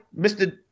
Mr